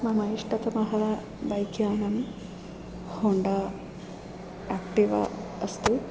मम इष्टतमं बैक्यानं होण्डा एक्टिवा अस्ति